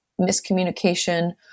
miscommunication